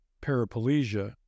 paraplegia